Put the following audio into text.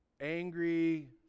angry